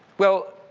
well,